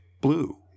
blue